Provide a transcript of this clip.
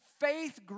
faith